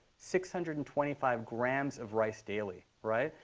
six hundred and twenty five grams of rice daily, right?